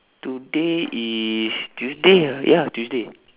today is tuesday ah ya tuesday